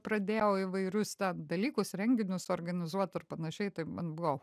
pradėjau įvairius dalykus renginius organizuot ir panašiai tai man buvo